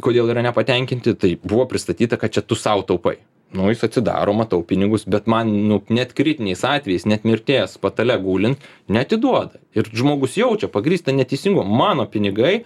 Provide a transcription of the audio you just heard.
kodėl yra nepatenkinti tai buvo pristatyta kad čia tu sau taupai nu jis atsidaro matau pinigus bet man nu net kritiniais atvejais net mirties patale gulint neatiduoda ir žmogus jaučia pagrįstą neteisingumą mano pinigai